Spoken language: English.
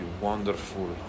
wonderful